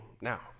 now